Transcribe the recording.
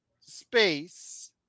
space